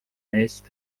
meest